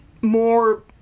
more